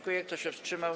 Kto się wstrzymał?